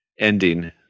ending